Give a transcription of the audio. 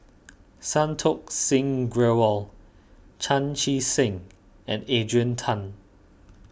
Santokh Singh Grewal Chan Chee Seng and Adrian Tan